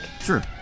sure